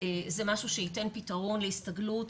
זה משהו שייתן פתרון להסתגלות.